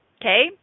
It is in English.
okay